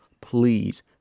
please